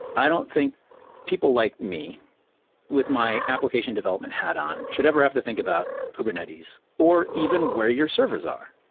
i don't think people like me with my application development hat on should ever have to think about kubernetes or even where your servers are.